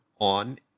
on